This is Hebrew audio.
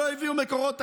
לא הביאו מקורות תקציביים.